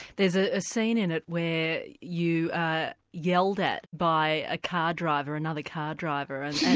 there's ah a scene in it where you yelled at by a car driver, another car driver and